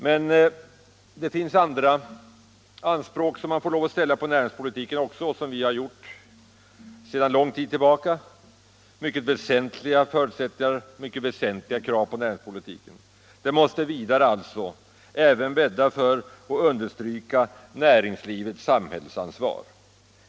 Man får emellertid lov att ställa också andra anspråk på näringspolitiken, vilket vi har gjort sedan mycket lång tid tillbaka. Man måste understryka näringslivets samhällsansvar.